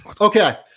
Okay